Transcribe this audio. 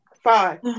Five